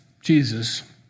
Jesus